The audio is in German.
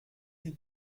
die